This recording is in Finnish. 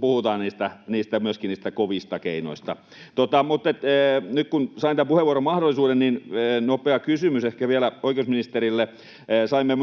puhutaan myöskin niistä kovista keinoista. Mutta nyt kun sain puheenvuoron mahdollisuuden, niin ehkä nopea kysymys vielä oikeusministerille: Saimme